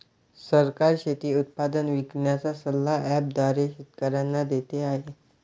सरकार शेती उत्पादन विकण्याचा सल्ला ॲप द्वारे शेतकऱ्यांना देते आहे